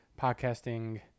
podcasting